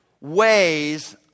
ways